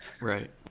right